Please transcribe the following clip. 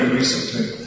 Recently